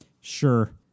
sure